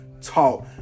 talk